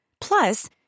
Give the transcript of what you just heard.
Plus